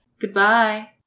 Goodbye